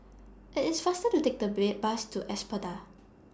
IT IS faster to Take The Bus to Espada